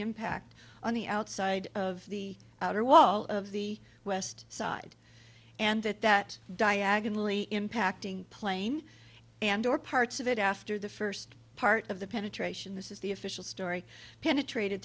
impact on the outside of the outer wall of the west side and that that diagonally impacting plane and or parts of it after the first part of the penetration this is the official story penetrated